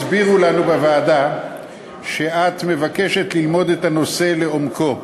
הסבירו לנו בוועדה שאת מבקשת ללמוד את הנושא לעומקו,